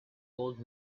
old